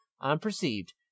unperceived